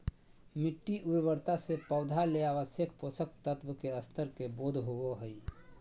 मिटटी उर्वरता से पौधा ले आवश्यक पोषक तत्व के स्तर के बोध होबो हइ